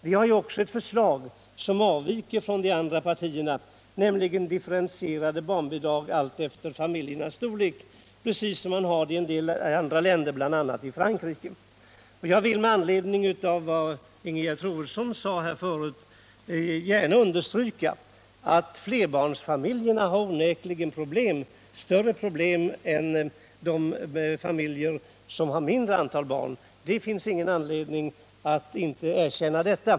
De har ju också ett förslag som avviker från de andra partiernas, nämligen differentierade barnbidrag allt efter familjernas storlek, precis som man har i en del andra länder, bl.a. i Frankrike. Jag vill med anledning av vad Ingegerd Troedsson sade gärna understryka att flerbarnsfamiljerna onekligen har problem, större problem än de familjer som har ett mindre antal barn. Det finns ingen anledning att inte erkänna detta.